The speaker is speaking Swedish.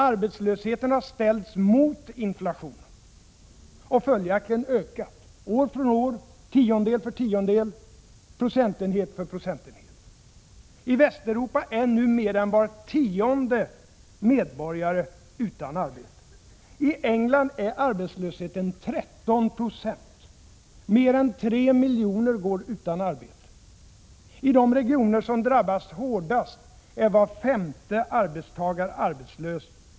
Arbetslösheten har ställts mot inflationen — och följaktligen ökat, år efter år, tiondel för tiondel, procentenhet för procentenhet. I Västeuropa är nu mer än var tionde medborgare utan arbete. I England är arbetslösheten 13 26. Mer än tre miljoner går utan arbete. I de regioner som drabbats hårdast är var femte arbetstagare arbetslös.